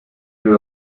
you